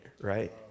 right